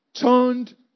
turned